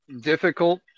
difficult